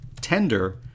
Tender